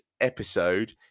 episode